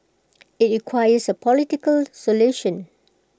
IT requires A political solution